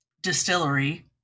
distillery